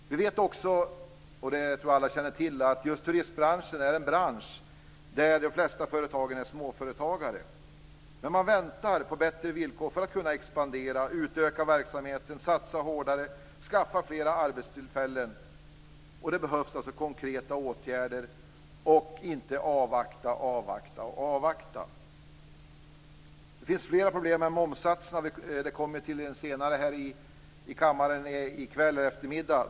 Jag tror att alla känner till att just turistbranschen är en bransch där de flesta företagen är småföretag. Man väntar på bättre villkor för att kunna expandera, utöka verksamheten, satsa hårdare och skaffa fler arbetstillfällen. Det behövs alltså konkreta åtgärder, och man skall inte avvakta, avvakta och avvakta. Det finns flera problem än momssatsen, och vi kommer till ett av dem i kammaren senare i kväll.